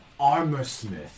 armorsmith